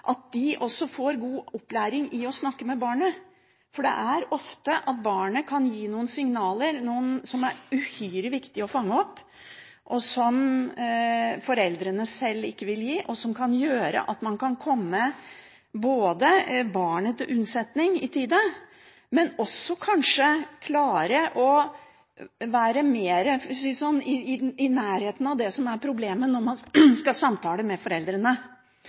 de også få god opplæring i å snakke med barnet. For ofte kan barnet gi noen signaler som det er uhyre viktig å fange opp, som foreldrene sjøl ikke vil gi, og som kan gjøre at man kan komme barnet til unnsetning i tide, men også kanskje klare å være mer – for å si det sånn – i nærheten av det som er problemet når de fagpersonene dette gjelder, skal samtale med foreldrene.